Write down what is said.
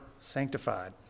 sanctified